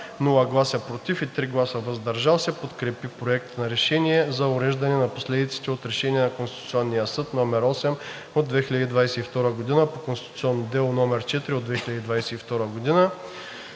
без „против“ и 3 гласа „въздържал се“ подкрепи Проект на решение за уреждане на последиците от Решение на Конституционния съд № 8 от 2022 г. по конституционно дело № 4 от 2022 г.,